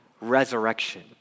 resurrection